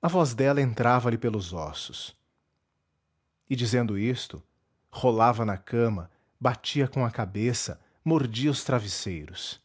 a voz dela entrava-lhe pelos ossos e dizendo isto rolava na cama batia com a cabeça mordia os travesseiros